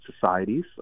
societies